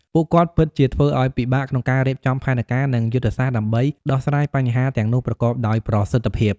ពួកគាត់ពិតជាធ្វើឱ្យពិបាកក្នុងការរៀបចំផែនការ និងយុទ្ធសាស្ត្រដើម្បីដោះស្រាយបញ្ហាទាំងនោះប្រកបដោយប្រសិទ្ធភាព។